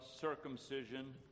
circumcision